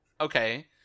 okay